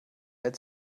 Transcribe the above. als